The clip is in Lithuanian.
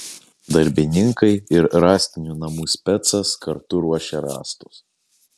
darbininkai ir rąstinių namų specas kartu ruošė rąstus